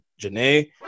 Janae